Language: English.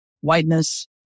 whiteness